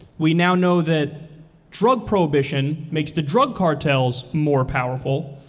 we now know that drug prohibition makes the drug cartels more powerful,